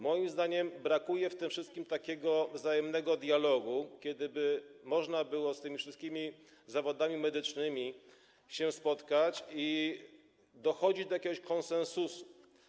Moim zdaniem brakuje w tym wszystkim takiego wzajemnego dialogu, tego, by można było z tymi wszystkimi zawodami medycznymi się spotkać i dochodzić do jakiegoś konsensusu.